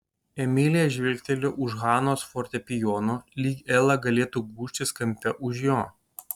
emilija žvilgtelėjo už hanos fortepijono lyg ela galėtų gūžtis kampe už jo